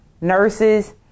nurses